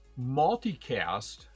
Multicast